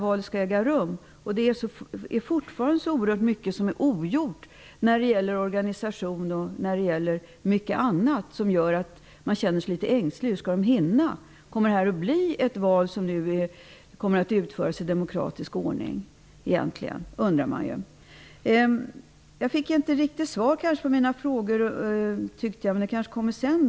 Det är fortfarande så oerhört mycket som är ogjort när det gäller organisation och mycket annat. Det gör att man känner sig litet ängslig. Hur skall de hinna? Kommer detta att bli ett val i demokratisk ordning? Jag fick inte något riktigt svar på mina frågor, men det kanske kommer sedan.